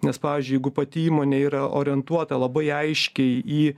nes pavyzdžiui jeigu pati įmonė yra orientuota labai aiškiai į